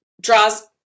draws